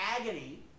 agony